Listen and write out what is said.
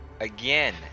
again